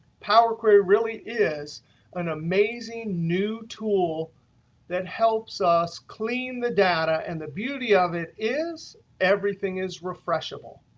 power query really is an amazing new tool that helps us clean the data. and the beauty of it is everything is refreshable.